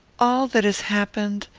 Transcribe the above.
all that has happened,